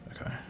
Okay